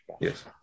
Yes